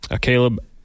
Caleb